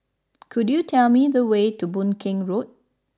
could you tell me the way to Boon Keng Road